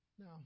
Now